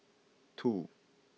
two